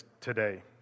today